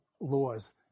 laws